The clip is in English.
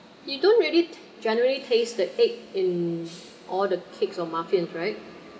you don't really generally taste the egg in all the cakes or muffins right